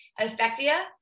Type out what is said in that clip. Affectia